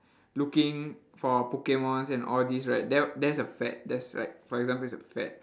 looking for pokemons and all this right that that's a fad that's like for example it's a fad